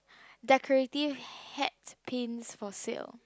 decorative hat pins for sale